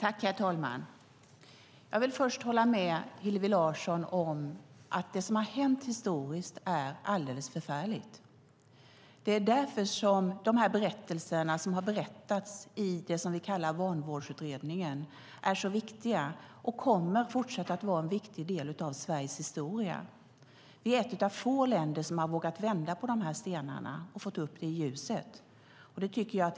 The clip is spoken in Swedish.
Herr talman! Jag håller med Hillevi Larsson om att det som har hänt historiskt är alldeles förfärligt. Det är därför som berättelserna i Vanvårdsutredningen är så viktiga, och de kommer även i fortsättningen att vara en viktig del av Sveriges historia. Sverige är ett av få länder som har vågat vända på stenarna och få vanvården upp i ljuset.